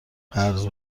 قرض